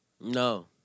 No